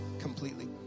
completely